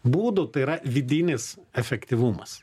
būdų tai yra vidinis efektyvumas